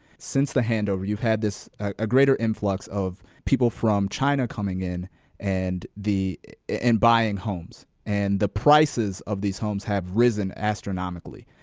since the handover you've had this, a greater influx of people from china coming in and and buying homes, and the prices of these homes have risen astronomically.